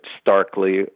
starkly